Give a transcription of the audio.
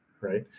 right